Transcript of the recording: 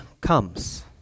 comes